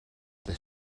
the